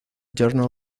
journal